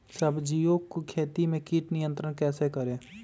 सब्जियों की खेती में कीट नियंत्रण कैसे करें?